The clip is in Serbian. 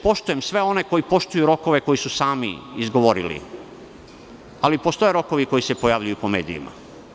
Poštujem sve one koji poštuju rokove koje su sami izgovorili, ali postoje i rokovi koji se pojavljuju po medijima.